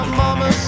mama